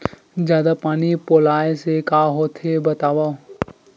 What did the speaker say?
जादा पानी पलोय से का होथे बतावव?